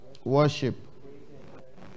worship